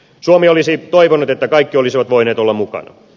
suomi olisi toivonut että kaikki olisivat voineet olla mukana